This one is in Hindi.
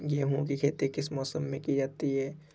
गेहूँ की खेती किस मौसम में की जाती है?